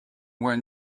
when